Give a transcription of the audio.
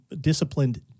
disciplined